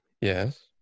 Yes